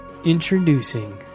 Introducing